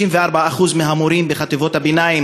54% מהמורים בחטיבות הביניים